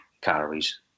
calories